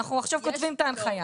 אנחנו עכשיו כותבים את ההנחיה.